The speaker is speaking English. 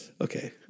Okay